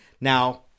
Now